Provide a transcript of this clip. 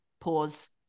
pause